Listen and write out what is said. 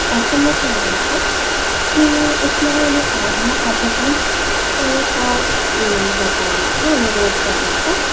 S M S आया था कि उसमें है ना आधार अद्यतन ओ का बता रहा था अनुरोध कर रहा था